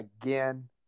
again